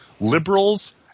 liberals